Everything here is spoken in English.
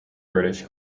british